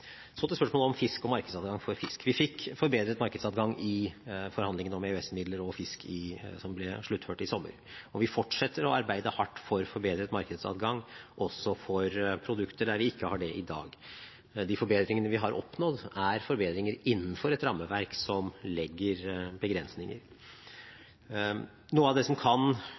Så til spørsmålet om fisk og markedsadgang for fisk. Vi fikk forbedret markedsadgang i forhandlingene om EØS-midler og fisk, som ble sluttført i sommer. Vi fortsetter å arbeide hardt for forbedret markedsadgang også for produkter der vi ikke har det i dag. De forbedringene vi har oppnådd, er forbedringer innenfor et rammeverk som legger begrensninger.